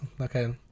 Okay